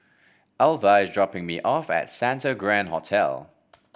Alvah is dropping me off at Santa Grand Hotel